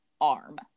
arm